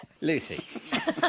Lucy